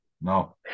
No